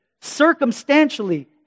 circumstantially